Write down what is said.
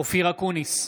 אופיר אקוניס,